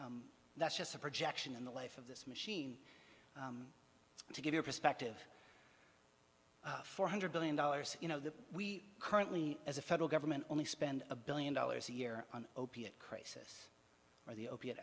that's just a projection in the life of this machine to give your perspective four hundred billion dollars you know that we currently as a federal government only spend a billion dollars a year on opiate crisis or the opiate